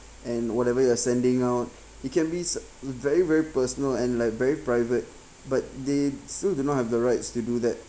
and whatever you're sending out it can be se~ very very personal and like very private but they still do not have the rights to do that